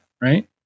Right